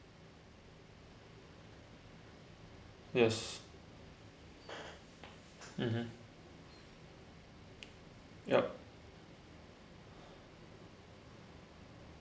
yes mmhmm yup